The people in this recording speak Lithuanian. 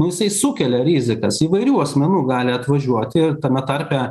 jisai sukelia rizikas įvairių asmenų gali atvažiuoti tame tarpe